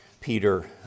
Peter